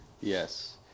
Yes